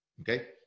okay